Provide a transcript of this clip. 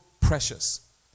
precious